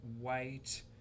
white